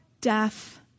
death